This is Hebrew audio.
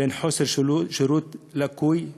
בין שירות לקוי,